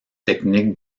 technique